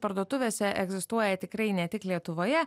parduotuvėse egzistuoja tikrai ne tik lietuvoje